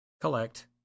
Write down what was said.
collect